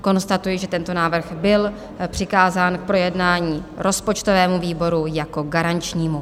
Konstatuji, že tento návrh byl přikázán k projednání rozpočtovému výboru jako garančnímu.